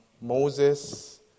Moses